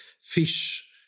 Fish